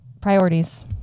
Priorities